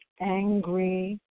angry